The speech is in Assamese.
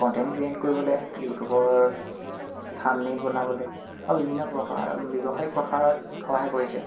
কণ্টেণ্ট ক্ৰিয়েট কৰিবলে ইউটিউবৰ থামনেইল বনাবলৈ বা বিভিন্ন প্ৰসাৰ ব্যৱসায়িক প্ৰসাৰত সহায় কৰিছে